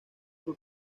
por